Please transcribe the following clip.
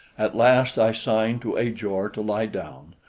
at last i signed to ajor to lie down,